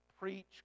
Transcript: preach